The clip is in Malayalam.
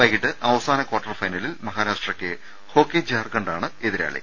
വൈകിട്ട് അവസാന ക്വാർട്ടർ ഫൈനലിൽ മഹാരാഷ്ട്രയ്ക്ക് ഹോക്കി ജാർഖണ്ഡാണ് എതിരാളി